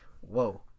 Whoa